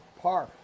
par